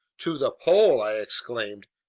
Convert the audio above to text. to the pole! i exclaimed,